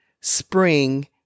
spring